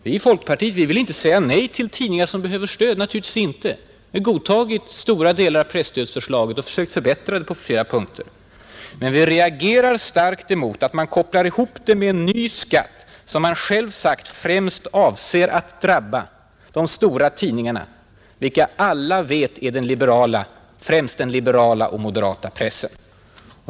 Vi i folkpartiet vill inte säga nej till tidningar som behöver stöd; vi har godtagit stora delar av presstödsförslaget och försökt förbättra det på vissa punkter. Men vi reagerar starkt mot att man kopplar ihop det med en ny skatt som man själv säger främst avser att drabba de större tidningarna, vilka som alla vet är främst den liberala och den moderata pressen.